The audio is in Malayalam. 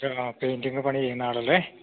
ഹലോ പെയിൻറ്റിങ് പണി ചെയ്യുന്ന ആളല്ലേ